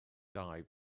dive